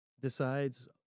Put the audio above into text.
decides